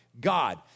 God